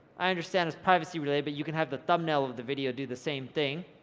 i understand it's privacy related, but you can have the thumbnail of the video do the same thing.